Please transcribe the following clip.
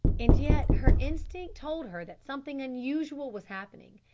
and yet her instinct told her that something unusual was happening,